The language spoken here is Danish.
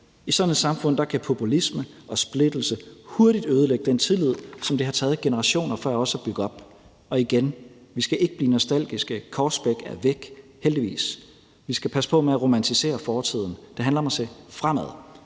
I sådan et samfund kan populisme og splittelse hurtigt ødelægge den tillid, som det har taget generationer før osat bygge op. Og igen vil jeg sige: Vi skal ikke blive nostalgiske; Korsbæk er væk, heldigvis. Vi skal passe på med at romantisere fortiden. Det handler om at se fremad